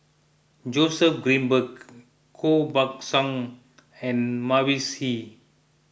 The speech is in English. Joseph Grimberg Koh Buck Song and Mavis Hee